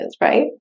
right